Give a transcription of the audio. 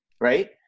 right